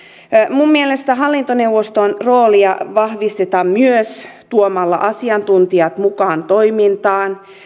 minun mielestäni hallintoneuvoston roolia vahvistetaan myös tuomalla asiantuntijat mukaan toimintaan